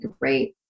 great